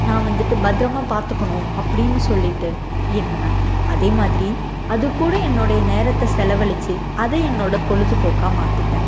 நான் வந்துட்டு பத்தரமாக பார்த்துக்கணும் அப்படின்னு சொல்லிட்டு எண்ணுவேன் அதே மாதிரி அதுக்கூட என்னுடைய நேரத்தை செலவழிச்சி அதை என்னோடய பொழுது போக்காக மாற்றிப்பேன்